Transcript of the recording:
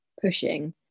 pushing